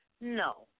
no